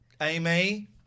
Amy